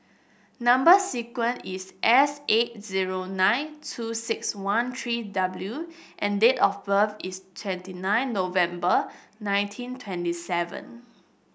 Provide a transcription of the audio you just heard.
number sequence is S eight zero nine two six one three W and date of birth is twenty nine November nineteen twenty seven